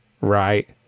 right